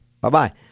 Bye-bye